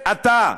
אתה.